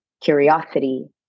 curiosity